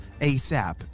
ASAP